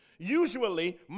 Usually